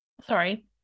sorry